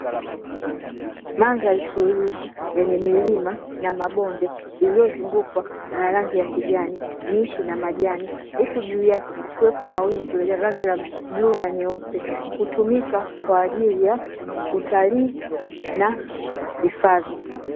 Mandhari tulivu yenye milima na mabonde lililozungukwa na rangi ya kijani, miti na majani huku juu ya kuwepo na wingu ya rangi la blue na nyeupe hutumika kwa ajili ya utalii na hifadhi.